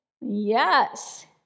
Yes